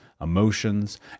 emotions